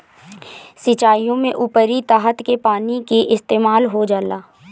सिंचाईओ में ऊपरी सतह के पानी के इस्तेमाल हो जाला